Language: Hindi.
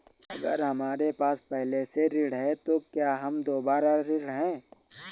अगर हमारे पास पहले से ऋण है तो क्या हम दोबारा ऋण हैं?